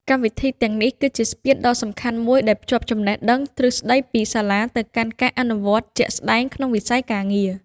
កម្មវិធីទាំងនេះគឺជាស្ពានដ៏សំខាន់មួយដែលភ្ជាប់ចំណេះដឹងទ្រឹស្តីពីសាលាទៅកាន់ការអនុវត្តជាក់ស្តែងក្នុងវិស័យការងារ។